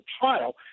trial